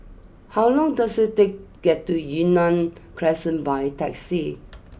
how long does it take get to Yunnan Crescent by taxi